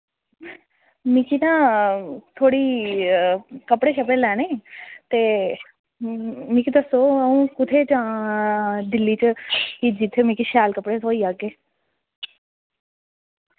मिगी ना थोह्ड़ी कपड़े शपड़े लैने ते मिगी दस्सो अ'ऊं कुत्थै जांह् दिल्ली च कि जित्थै मिकी शैल कपड़े थ्होई जाग्गे